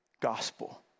gospel